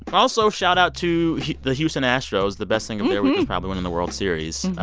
but also, shoutout to the houston astros. the best thing of their week was probably winning the world series.